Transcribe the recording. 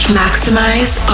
maximize